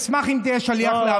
אשמח אם תהיה שליח להעביר לה את זה.